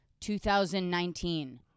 2019